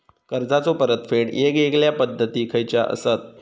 कर्जाचो परतफेड येगयेगल्या पद्धती खयच्या असात?